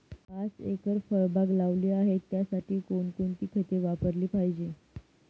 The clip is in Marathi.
पाच एकर फळबाग लावली आहे, त्यासाठी कोणकोणती खते वापरली पाहिजे?